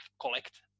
collect